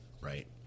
Right